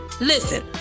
Listen